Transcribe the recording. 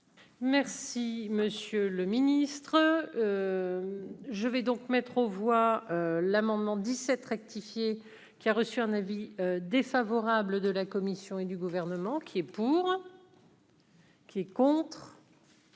Merci monsieur le ministre, je vais donc mettre aux voix l'amendement 17 rectifié, qui a reçu un avis défavorable de la Commission et du gouvernement qui est pour. Qui est contre.